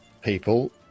people